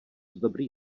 dobrý